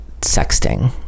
sexting